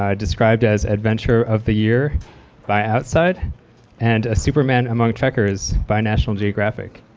ah described as adventurer of the year by outside and a superman among trekkers by national geographic.